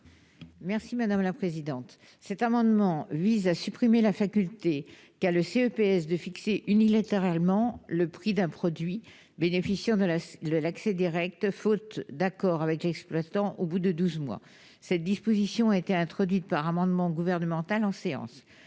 Annie Delmont-Koropoulis. Cet amendement vise à supprimer la faculté qu'a le CEPS de fixer unilatéralement le prix d'un produit bénéficiant de l'accès direct, faute d'accord avec l'exploitant au bout de douze mois. Cette disposition a été introduite par amendement gouvernemental en séance